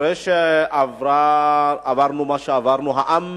אחרי שעברנו מה שעברנו, העם